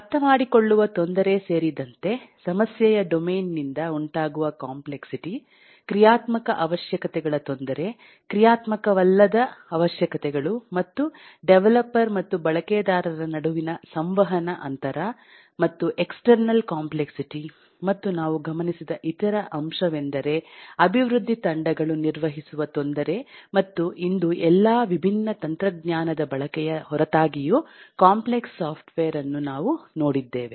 ಅರ್ಥಮಾಡಿಕೊಳ್ಳುವ ತೊಂದರೆ ಸೇರಿದಂತೆ ಸಮಸ್ಯೆಯ ಡೊಮೇನ್ ನಿಂದ ಉಂಟಾಗುವ ಕಾಂಪ್ಲೆಕ್ಸಿಟಿ ಕ್ರಿಯಾತ್ಮಕ ಅವಶ್ಯಕತೆಗಳ ತೊಂದರೆ ಕ್ರಿಯಾತ್ಮಕವಲ್ಲದ ಅವಶ್ಯಕತೆಗಳು ಮತ್ತು ಡೆವಲಪರ್ ಮತ್ತು ಬಳಕೆದಾರರ ನಡುವಿನ ಸಂವಹನ ಅಂತರ ಮತ್ತು ಎಕ್ಸ್ಟರ್ನಲ್ ಕಾಂಪ್ಲೆಕ್ಸಿಟಿ ಮತ್ತು ನಾವು ಗಮನಿಸಿದ ಇತರ ಅಂಶವೆಂದರೆ ಅಭಿವೃದ್ಧಿ ತಂಡಗಳನ್ನು ನಿರ್ವಹಿಸುವ ತೊಂದರೆ ಮತ್ತು ಇಂದು ಎಲ್ಲಾ ವಿಭಿನ್ನ ತಂತ್ರಜ್ಞಾನದ ಬಳಕೆಯ ಹೊರತಾಗಿಯೂ ಕಾಂಪ್ಲೆಕ್ಸ್ ಸಾಫ್ಟ್ವೇರ್ ಅನ್ನು ನಾವು ನೋಡಿದ್ದೇವೆ